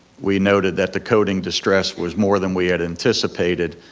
we noted that the coating distress was more than we had anticipated,